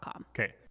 Okay